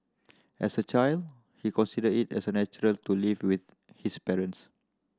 as a child he consider it as natural to live with his parents